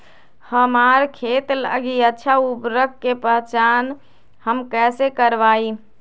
हमार खेत लागी अच्छा उर्वरक के पहचान हम कैसे करवाई?